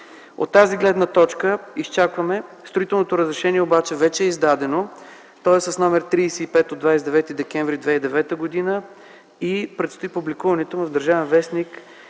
От тази гледна точка изчакваме. Строителното разрешение обаче вече е издадено. То е с № 35 от 29 декември 2009 г. и престои публикуването му в “Държавен вестник”.